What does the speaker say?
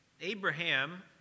Abraham